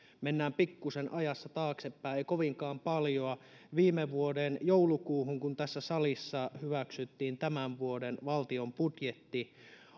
mennään pikkusen ajassa taaksepäin ei kovinkaan paljon viime vuoden joulukuuhun kun tässä salissa hyväksyttiin tämän vuoden valtion budjetti